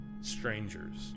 Strangers